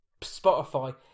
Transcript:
Spotify